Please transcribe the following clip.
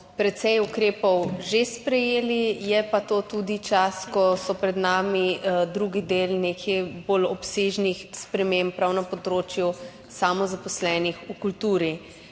precej ukrepov že sprejeli, je pa to tudi čas, ko so pred nami drugi deli nekih bolj obsežnih sprememb prav na področju samozaposlenih v kulturi.